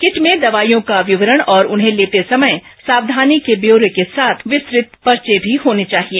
kit में दवाइयों का विवरण और उन्हें लेते समय सावधानी के ब्योरे के साथ विस्तृत पर्चे भी होने चाहिए